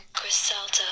Griselda